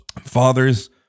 Fathers